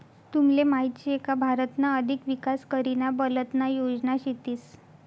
तुमले माहीत शे का भारतना अधिक विकास करीना बलतना योजना शेतीस